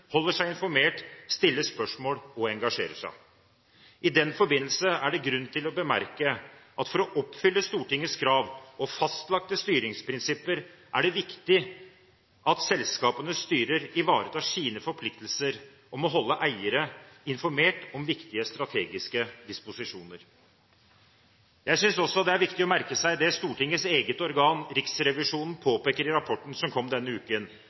holder seg informert, stiller spørsmål og engasjerer seg. I den forbindelse er det grunn til å bemerke at for å oppfylle Stortingets krav og fastlagte styringsprinsipper er det viktig at selskapenes styrer ivaretar sine forpliktelser om å holde eiere informert om viktige strategiske disposisjoner. Jeg synes også det er viktig å merke seg det Stortingets eget organ, Riksrevisjonen, påpeker i rapporten som kom denne uken,